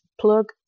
plug